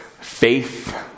faith